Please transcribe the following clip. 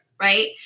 right